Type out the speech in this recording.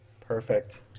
perfect